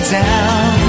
down